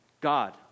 God